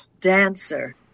dancer